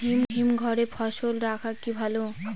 হিমঘরে ফসল রাখা কি ভালো?